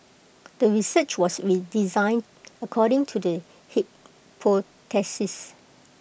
the research was designed according to the hypothesis